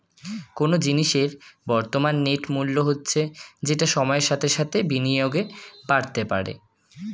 কোনো জিনিসের বর্তমান নেট মূল্য হচ্ছে যেটা সময়ের সাথে সাথে বিনিয়োগে বাড়তে পারে